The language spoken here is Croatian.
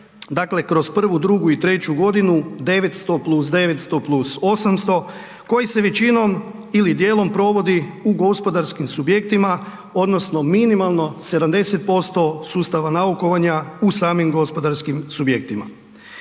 dakle kroz 1., 2. i 3. godinu 900+900+800, koji se većinom ili dijelom provodi u gospodarskim subjektima odnosno minimalno 70% sustava naukovanja u samim gospodarskim subjektima.